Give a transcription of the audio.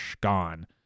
gone